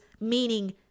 meaning